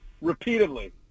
repeatedly